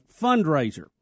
fundraiser